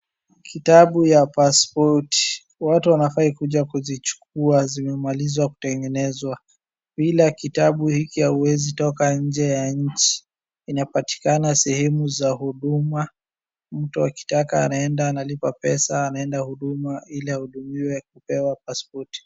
Kitabu ya paspoti. Watu wanafaa kuja kuzichukua, zimemalizwa kutengenezwa. Bila kitabu hiki hauwezi toka nje ya nchi. Inapatikana sehemu za huduma, mtu akitaka anaenda analipa pesa anaenda huduma ili ahudumiwe na kupewa paspoti.